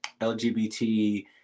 LGBT